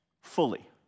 fully